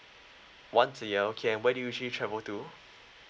once a year okay and where do you usually travel to